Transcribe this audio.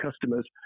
customers